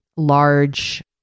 Large